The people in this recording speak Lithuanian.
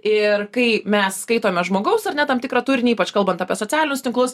ir kai mes skaitome žmogaus ar ne tam tikrą turinį ypač kalbant apie socialinius tinklus